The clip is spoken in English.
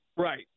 Right